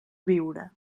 viure